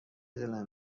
دلم